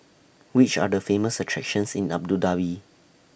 Which Are The Famous attractions in Abu Dhabi